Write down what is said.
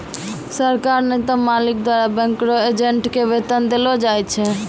सरकार नै त मालिक द्वारा बैंक रो एजेंट के वेतन देलो जाय छै